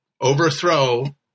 overthrow